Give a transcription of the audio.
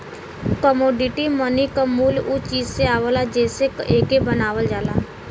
commodity money क मूल्य उ चीज से आवला जेसे एके बनावल जाला